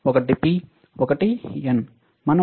ఒకటి P ఒకటి N